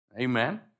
Amen